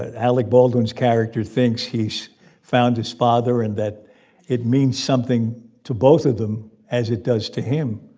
ah alec baldwin's character thinks he's found his father, and that it means something to both of them as it does to him.